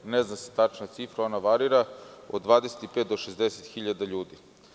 Ne zna se tačna cifra, ona varira od 25 do 60.000 ljudi.